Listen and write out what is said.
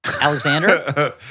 Alexander